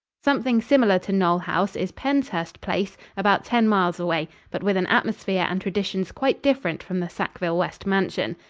something similar to knole house is penshurst place, about ten miles away, but with an atmosphere and traditions quite different from the sackville-west mansion.